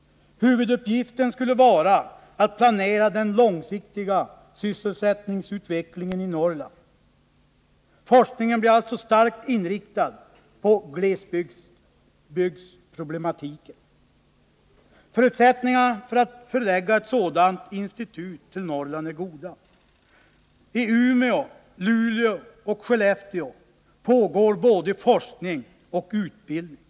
Huvuduppgiften för institutet skulle vara att planera den långsiktiga sysselsättningsutvecklingen i Norrland — forskningen är alltså starkt inriktad på glesbygdsproblematiken. Förutsättningarna för att förlägga ett sådant institut till Norrland är goda. I Umeå, Luleå och Skellefteå pågår både forskning och utbildning.